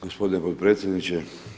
Gospodine potpredsjedniče.